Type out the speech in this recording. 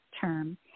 term